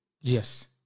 yes